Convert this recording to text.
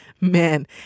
Man